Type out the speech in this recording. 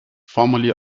formerly